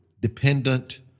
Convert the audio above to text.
dependent